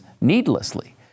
needlessly